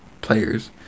players